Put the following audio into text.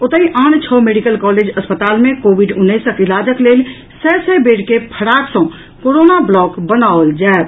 ओतहि आन छओ मेडिकल कॉलेज अस्पताल मे कोविड उन्नैसक इलाजक लेल सय सय बेड के फराक सॅ कोरोना ब्लॉक बनाओल जायत